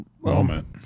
moment